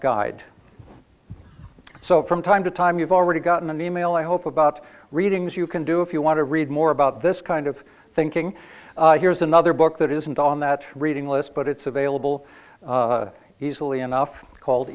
guide so from time to time you've already gotten an email i hope about readings you can do if you want to read more about this kind of thinking here's another book that isn't on that reading list but it's available easily enough c